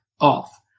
off